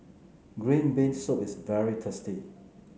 Green Bean Soup is very tasty